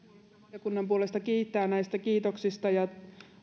ja valiokunnan puolesta kiittää näistä kiitoksista ja